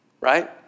right